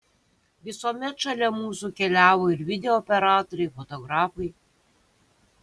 visuomet šalia mūsų keliavo ir video operatoriai fotografai